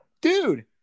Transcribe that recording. dude